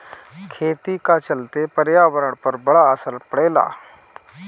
खेती का चलते पर्यावरण पर बड़ा असर पड़ेला